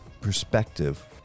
perspective